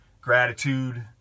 gratitude